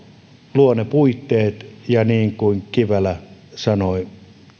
luo ne puitteet ja niin kuin kivelä sanoi